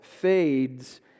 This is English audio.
fades